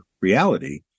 reality